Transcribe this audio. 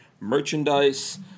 merchandise